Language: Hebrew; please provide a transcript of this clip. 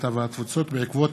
הקליטה והתפוצות בעקבות